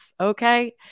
okay